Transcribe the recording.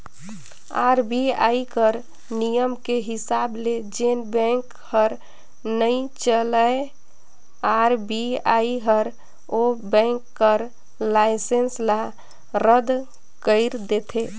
RBI कर नियम के हिसाब ले जेन बेंक हर नइ चलय आर.बी.आई हर ओ बेंक कर लाइसेंस ल रद कइर देथे